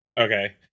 Okay